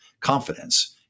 confidence